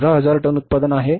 15000 ton उत्पादन आहे